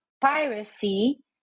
piracy